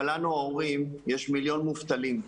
אבל לנו ההורים יש מיליון מובטלים.